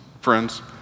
friends